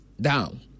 down